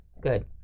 good